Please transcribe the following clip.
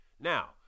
Now